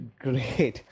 great